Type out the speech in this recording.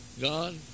God